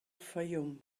fayoum